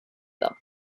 them